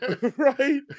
right